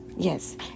yes